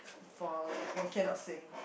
falling okay not sing